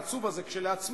העצוב הזה כשלעצמו,